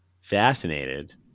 fascinated